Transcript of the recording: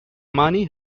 money